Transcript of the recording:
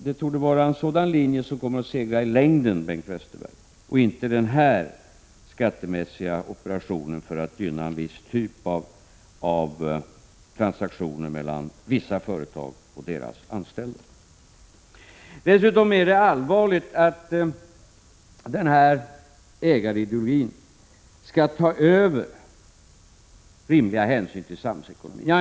Det torde vara en sådan linje som kommer att segra i längden, Bengt Westerberg, och inte den här skattemässiga operationen för att gynna en viss typ av transaktioner mellan vissa företag och deras anställda. Dessutom är det allvarligt att den här ägarideologin skall ta över rimliga hänsyn till samhällsekonomin.